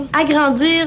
agrandir